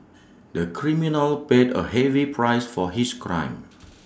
the criminal paid A heavy price for his crime